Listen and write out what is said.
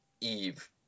eve